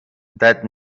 that